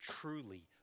truly